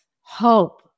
Hope